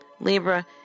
Libra